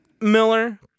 Miller